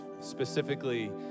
specifically